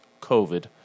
COVID